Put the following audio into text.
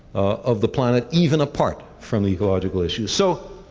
of the planet, even apart from the ecological issue. so,